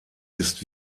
ist